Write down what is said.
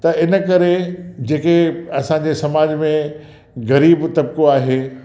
त इन करे जेके असांजे समाज में ग़रीब तबिक़ो आहे